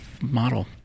model